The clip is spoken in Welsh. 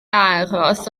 aros